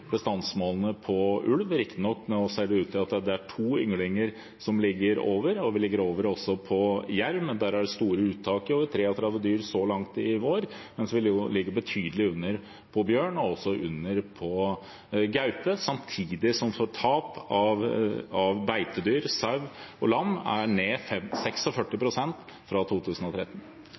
bestandsmålene for ulv, riktignok ser det nå ut til at det er to ynglinger over. Vi ligger også over målet for jerv, men der er det store uttak – 33 dyr så langt i vår – mens vi ligger betydelig under for bjørn og gaupe. Samtidig har tap av beitedyr, sau og lam, gått ned med 46 pst. siden 2013.